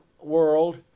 world